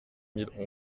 mille